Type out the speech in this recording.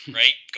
right